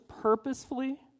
purposefully